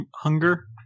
Hunger